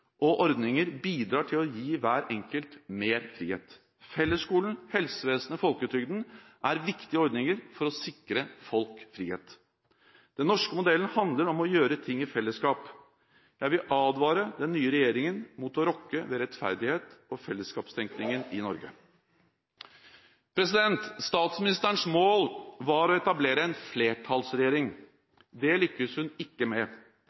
og ordninger bidrar til å gi hver enkelt mer frihet. Fellesskolen, helsevesenet og folketrygden er viktige ordninger for å sikre folk frihet. Den norske modellen handler om å gjøre ting i fellesskap. Jeg vil advare den nye regjeringen mot å rokke ved rettferdighet og fellesskapstenkningen i Norge. Statsministerens mål var å etablere en flertallsregjering. Det lyktes hun ikke med.